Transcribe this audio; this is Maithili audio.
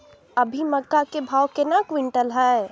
अभी मक्का के भाव केना क्विंटल हय?